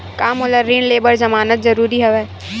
का मोला ऋण ले बर जमानत जरूरी हवय?